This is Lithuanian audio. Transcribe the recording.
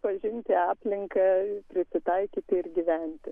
pažinti aplinką prisitaikyti ir gyventi